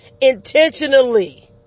intentionally